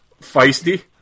feisty